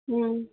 ꯎꯝ